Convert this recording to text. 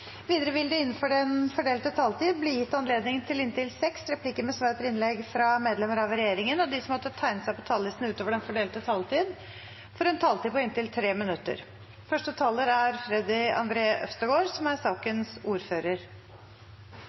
Videre vil det – innenfor den fordelte taletid – bli gitt anledning til inntil seks replikker med svar etter innlegg fra medlemmer av regjeringen, og de som måtte tegne seg på talerlisten utover den fordelte taletid, får en taletid på inntil 3 minutter.